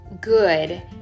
good